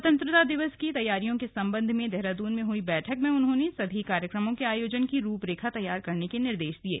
स्वतन्त्रता दिवस की तैयारियों के सम्बन्ध में देहरादून में हुई बैठक में उन्होंने सभी कार्यक्रमों के आयोजन की रूपरेखा तैयार करने के निर्देश दिये